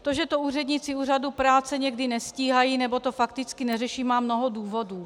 To, že to úředníci úřadů práce někdy nestíhají nebo to fakticky neřeší, má mnoho důvodů.